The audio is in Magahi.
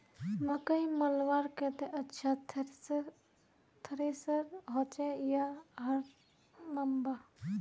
मकई मलवार केते अच्छा थरेसर होचे या हरम्बा?